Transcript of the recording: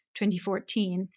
2014